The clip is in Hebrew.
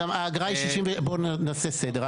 בוא נעשה סדר.